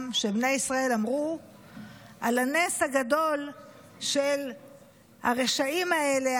שבני ישראל אמרו על הנס הגדול שהרשעים האלה,